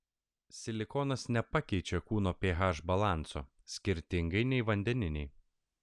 silikonas nepakeičia kūno ph balanso skirtingai nei vandeniniai